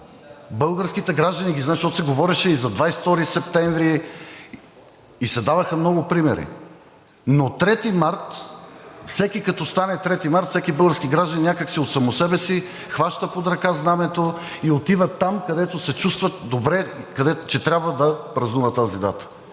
Българските граждани ги знаят. Защото се говореше и за 22 септември, и се даваха много примери, но 3 март – всеки, като 3 март, всеки български гражданин, някак си от само себе си хваща под ръка знамето и отива там, където се чувства добре, че трябва да празнува тази дата